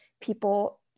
people